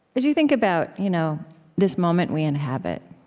as you think about you know this moment we inhabit,